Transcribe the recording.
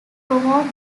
promote